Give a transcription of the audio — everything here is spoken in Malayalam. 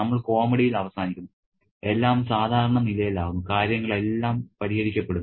നമ്മൾ കോമഡിയിൽ അവസാനിക്കുന്നു എല്ലാം സാധാരണ നിലയിലാകുന്നു കാര്യങ്ങൾ എല്ലാം പരിഹരിക്കപ്പെടുന്നു